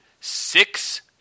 six